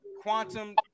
quantum